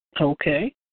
Okay